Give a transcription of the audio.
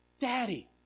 Daddy